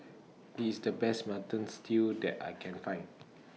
This The Best Mutton Stew that I Can Find